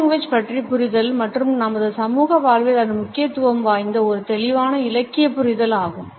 paralanguage பற்றிய புரிதல் மற்றும் நமது சமூக வாழ்வில் அதன்முக்கியத்துவம் வாய்ந்த ஒரு தெளிவான இலக்கிய புரிதல் ஆகும்